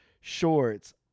shorts